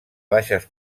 baixes